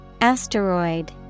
Asteroid